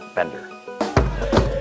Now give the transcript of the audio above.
Bender